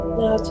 now